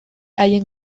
haien